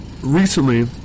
recently